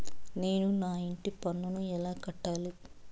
నేను నా ఇంటి పన్నును ఎలా కట్టాలి?